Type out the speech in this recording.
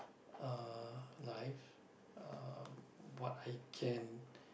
uh life uh what I can